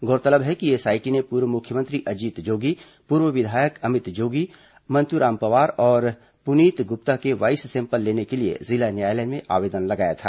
गौरतलब है कि एसआईटी ने पूर्व मुख्यमंत्री अजीत जोगी पूर्व विधायक अमित जोगी मंत्राम पवार और पुनीत गुप्ता के वाईस सैंपल लेने के लिए जिला न्यायालय में आवेदन लगाया था